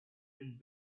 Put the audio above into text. been